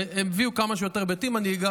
הם הביאו כמה שיותר היבטים, ואני אגע